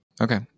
Okay